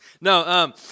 No